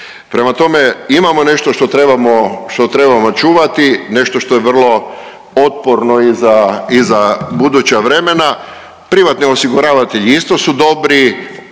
Prema tome, imamo nešto što trebamo čuvati, nešto što je vrlo otporno i za buduća vremena, privatni osiguravatelji isto su dobri,